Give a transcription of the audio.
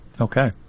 Okay